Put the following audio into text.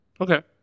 Okay